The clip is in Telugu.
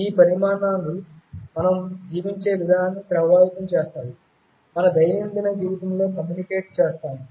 ఈ పరిణామాలు మనం జీవించే విధానాన్ని ప్రభావితం చేస్తాయి మన దైనందిన జీవితంలో కమ్యూనికేట్ చేస్తాము